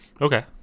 Okay